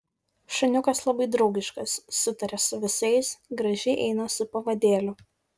šuniukas labai draugiškas sutaria su visais gražiai eina su pavadėliu